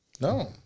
No